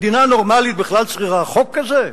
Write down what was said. מדינה נורמלית בכלל צריכה חוק כזה?